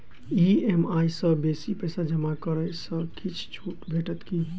EMI सँ बेसी पैसा जमा करै सँ किछ छुट भेटत की?